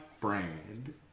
brand